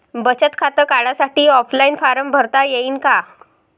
बचत खातं काढासाठी ऑफलाईन फारम भरता येईन का?